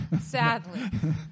Sadly